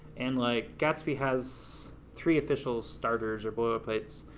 and like gatsby has three official starters or boilerplates.